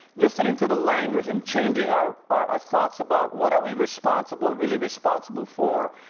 listening to the language and changing our our ah thoughts about what are we responsible, really responsible for.